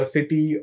City